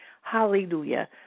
Hallelujah